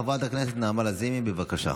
חברת הכנסת נעמה לזימי, בבקשה.